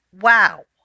Wow